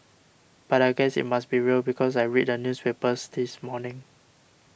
but I guess it must be real because I read the newspapers this morning